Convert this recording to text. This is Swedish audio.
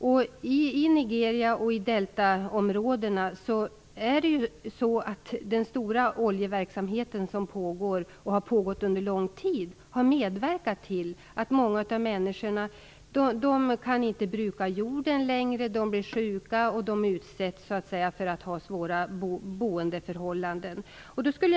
I Nigeria och i deltaområdena har den stora oljeverksamhet som pågår, och har pågått under lång tid, medverkat till att många människor inte kan bruka jorden längre. De blir sjuka och boendeförhållanden är svåra.